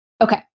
Okay